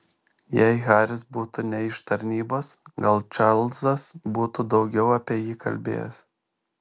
jei haris būtų ne iš tarnybos gal čarlzas būtų daugiau apie jį kalbėjęs